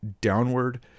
downward